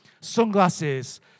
Sunglasses